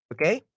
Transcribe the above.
Okay